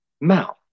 mouth